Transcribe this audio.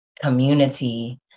community